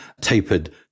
tapered